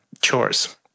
chores